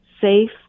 safe